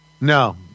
No